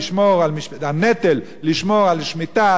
הנטל לשמור על שמיטה,